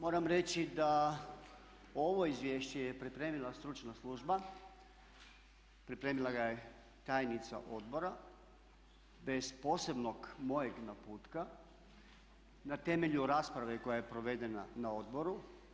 Moram reći da ovo izvješće je pripremila stručna služba, pripremila ga je tajnica odbora bez posebnog mojeg naputka na temelju rasprave koja je provedena na odboru.